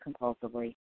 compulsively